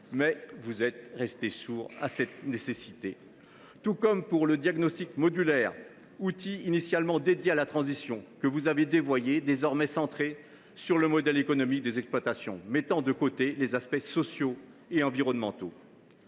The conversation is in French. Mais vous êtes restés sourds à cette nécessité. Il en est de même pour le diagnostic modulaire, un outil initialement consacré à la transition : vous l’avez dévoyé, puisqu’il est désormais centré sur le modèle économique des exploitations, mettant de côté les aspects sociaux et environnementaux.